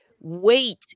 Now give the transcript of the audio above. wait